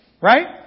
Right